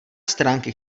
stránky